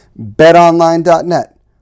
BetOnline.net